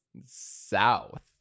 south